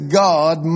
god